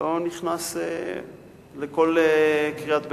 לא נכנס לכל קריאת ביניים,